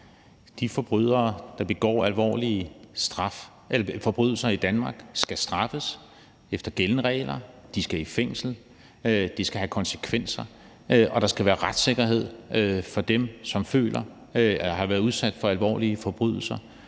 De forbrydere, der begår alvorlige forbrydelser i Danmark, skal straffes efter gældende regler. De skal i fængsel, det skal have konsekvenser, og der skal være en retssikkerhed for dem, som har været udsat for alvorlige forbrydelser,